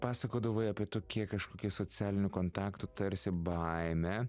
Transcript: pasakodavai apie tokie kažkokie socialinių kontaktų tarsi baimę